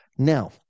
Now